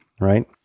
right